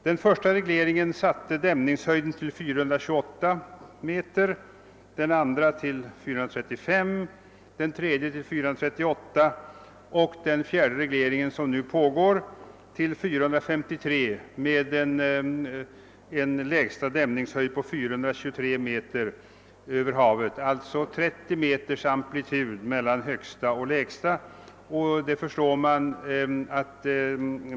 Den första regleringen satte dämningshöjden till 428 m, den andra till 435 m, den tredje till 438 m, och den fjärde regleringen som nu pågår till 453 m med en lägsta dämningshöjd av 423 m över havet. Det är alltså 30 m amplitud mellan högsta och lägsta dämningshöjd.